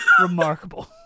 remarkable